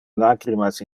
lacrimas